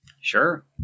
Sure